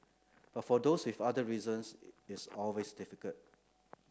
but for those with other reasons it's always difficult